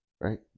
right